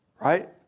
right